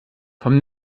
vom